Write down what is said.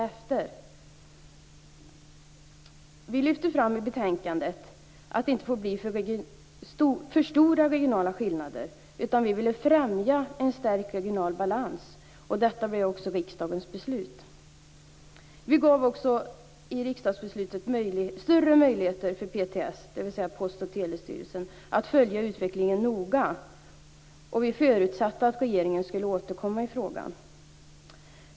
I betänkandet lyfter vi också fram att det inte får bli för stora regionala skillnader. Vi vill i stället främja en stärkt regional balans. Detta blev också riksdagens beslut. Vi gav i riksdagsbeslutet också större möjligheter för Post och telestyrelsen, PTS, att noga följa utvecklingen, och vi förutsatte att regeringen skulle återkomma i frågan.